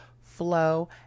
flow